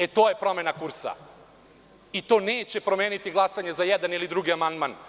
E, to je promena kursa i to neće promeniti glasanje za jedan ili drugi amandman.